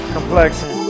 Complexion